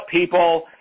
people